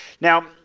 Now